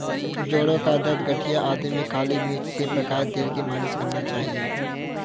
जोड़ों का दर्द, गठिया आदि में काली मिर्च में पकाए तेल की मालिश करना चाहिए